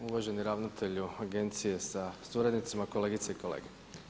Uvaženi ravnatelju Agencije sa suradnicima, kolegice i kolege.